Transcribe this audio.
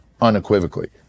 unequivocally